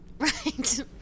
Right